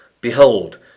Behold